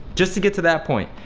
just to get to that point.